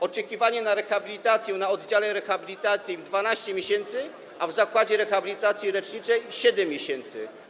Oczekiwanie na rehabilitację na oddziale rehabilitacji - 12 miesięcy, a w zakładzie rehabilitacji leczniczej - 7 miesięcy.